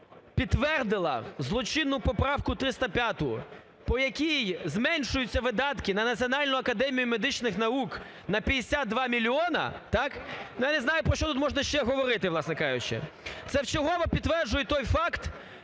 підтвердила злочинну поправку 305, по якій зменшуються видатки на Національну академію медичних наук на 52 мільйони. Я не знаю, про що тут можна ще говорити, власне кажучи. Це вчергове підтверджує той факт,